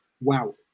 Wow